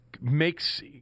makes